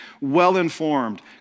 well-informed